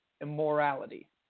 immorality